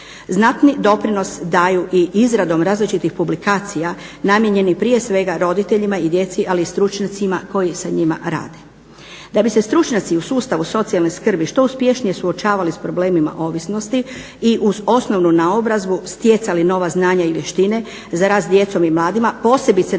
Znatni doprinos daju i izradom različitih publikacija namijenjenih prije svega roditeljima i djeci, ali i stručnjacima koji sa njima rade. Da bi se stručnjaci u sustavu socijalne skrbi što uspješnije suočavali s problemima ovisnosti i uz osnovnu naobrazbu stjecali nova znanja i vještine za rad s djecom i mladima, posebice na pragu